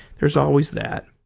there's always that